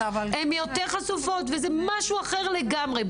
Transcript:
הן יותר חשופות, וזה משהו אחר לגמרי.